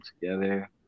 together